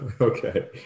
Okay